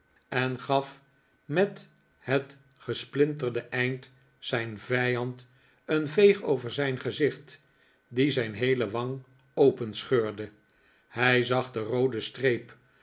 en gaf met het gespiinterde eind zijn vijand een veeg over zijn gezicht die zijn heele wang openscheurde hij zag de roode streep